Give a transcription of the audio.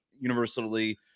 universally